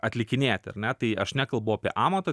atlikinėti ar ne tai aš nekalbu apie amatą